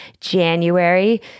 January